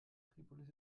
tripolis